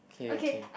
okay okay